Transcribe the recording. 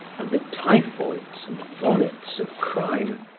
and the typhoids and vomits of crime,